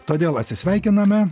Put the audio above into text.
todėl atsisveikiname